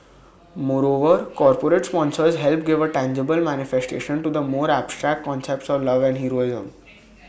moreover corporate sponsors help give A tangible manifestation to the more abstract concepts of love and heroism